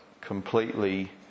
completely